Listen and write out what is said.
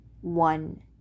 one